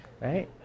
right